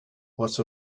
what